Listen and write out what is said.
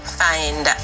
find